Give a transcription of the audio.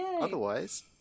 Otherwise